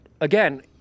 again